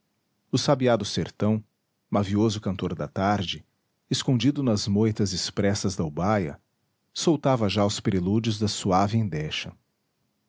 sombria o sabiá do sertão mavioso cantor da tarde escondido nas moitas espessas da ubaia soltava já os prelúdios da suave